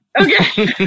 Okay